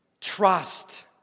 Trust